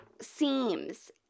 seams